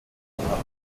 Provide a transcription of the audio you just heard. erfolg